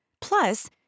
Plus